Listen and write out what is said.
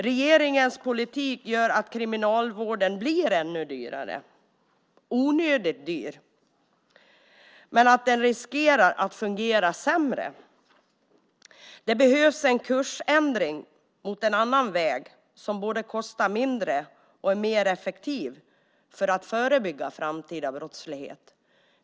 Regeringens politik gör att kriminalvården blir ännu dyrare - onödigt dyr - men den riskerar att fungera sämre. Det behövs en kursändring mot en annan väg som kostar mindre och är effektivare för att förebygga framtida brottslighet.